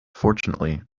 fortunately